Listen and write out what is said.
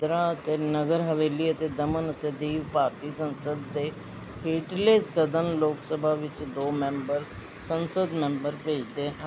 ਦਰਾ ਅਤੇ ਨਗਰ ਹਵੇਲੀ ਅਤੇ ਦਮਨ ਅਤੇ ਦੀਵ ਭਾਰਤੀ ਸੰਸਦ ਦੇ ਹੇਠਲੇ ਸਦਨ ਲੋਕ ਸਭਾ ਵਿੱਚ ਦੋ ਮੈਂਬਰ ਸੰਸਦ ਮੈਂਬਰ ਭੇਜਦੇ ਹਨ